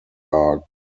are